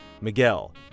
Miguel